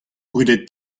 brudet